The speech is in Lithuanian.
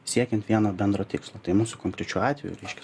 siekiant vieno bendro tikslo tai mūsų konkrečiu atveju reiškia